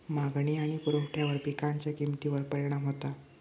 मागणी आणि पुरवठ्यावर पिकांच्या किमतीवर परिणाम होता